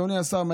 אדוני השר,